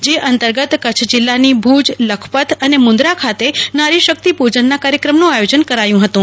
જે અંતર્ગત કચ્છ જીલ્લાની ભુજ લખપત અને મુન્દ્રા ખાતે નારી શક્તિ પૂજનના કાર્યક્રમનું આયોજન કરાયું હતું